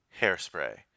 Hairspray